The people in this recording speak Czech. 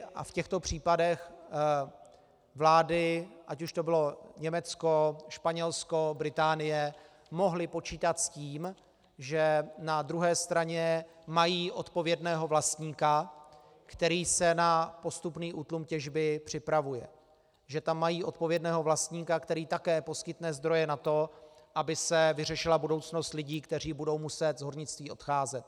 V těchto případech vlády, ať už to bylo Německo, Španělsko, Británie, mohly počítat s tím, že na druhé straně mají odpovědného vlastníka, který se na postupný útlum těžby připravuje, že tam mají odpovědného vlastníka, který také poskytne zdroje na to, aby se vyřešila budoucnost lidí, kteří budou muset z hornictví odcházet.